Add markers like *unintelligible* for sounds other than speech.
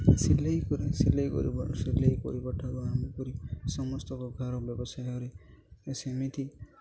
ସିଲେଇ କରି ସିଲେଇ କରି *unintelligible* ସିଲେଇ କରିବା ଠାରୁ ଆରମ୍ଭ କରି ସମସ୍ତଙ୍କ ଘର ବ୍ୟବସାୟରେ ସେମିତି